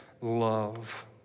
love